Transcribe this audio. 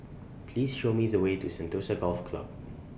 Please Show Me The Way to Sentosa Golf Club